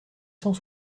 cent